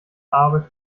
arbeit